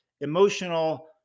emotional